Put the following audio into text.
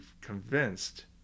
convinced